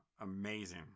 amazing